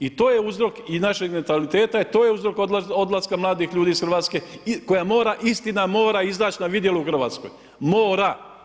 I to je uzrok i našeg mentaliteta i to je uzrok odlaska mladih ljudi iz Hrvatske koja mora, istina mora izaći na vidjelo u Hrvatskoj, mora.